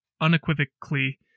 unequivocally